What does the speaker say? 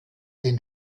den